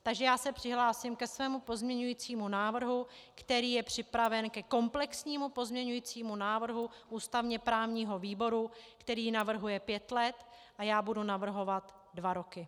Takže já se přihlásím ke svému pozměňovacímu návrhu, který je připraven ke komplexnímu pozměňovacímu návrhu ústavněprávního výboru, který navrhuje pět let, a já budu navrhovat dva roky.